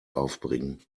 aufbringen